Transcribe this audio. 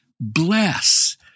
bless